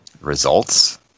results